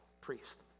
priest